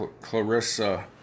Clarissa